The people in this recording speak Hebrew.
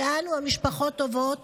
שאנו, המשפחות, עוברות